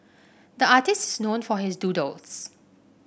the artist is known for his doodles